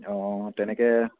অঁ তেনেকৈ